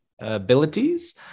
abilities